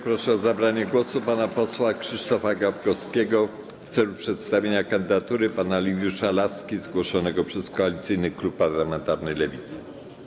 Proszę o zabranie głosu pana posła Krzysztofa Gawkowskiego w celu przedstawienia kandydatury pana Liwiusza Laski zgłoszonego przez Koalicyjny Klub Parlamentarny Lewicy.